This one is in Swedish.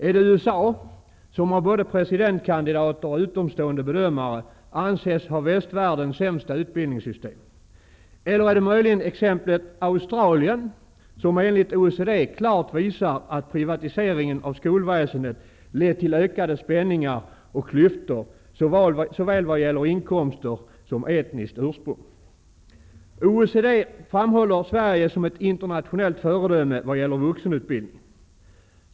Är det USA, som av både presidentkandidater och utomstående bedömare anses ha västvärldens sämsta utbildningssystem? Eller är det möjligen exemplet Australien, som enligt OECD klart visar att privatiseringen av skolväsendet lett till ökade spänningar och klyftor såväl vad gäller inkomster som etniskt ursprung? OECD framhåller Sverige som ett internationellt föredöme vad gäller vuxenutbildningen.